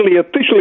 officially